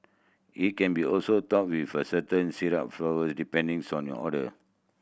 it can be also topped with a certain syrup depending on your order